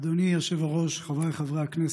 אדוני היושב-ראש, חבריי חברי הכנסת,